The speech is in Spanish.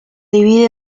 divide